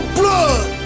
blood